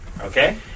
Okay